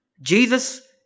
Jesus